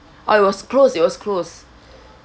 oh it was closed it was closed